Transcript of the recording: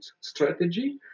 strategy